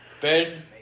Ben